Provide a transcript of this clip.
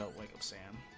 ah like of san